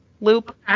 loop